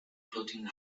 clothing